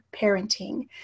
parenting